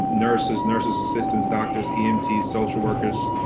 nurses, nurses assistants, doctors, emts, social workers,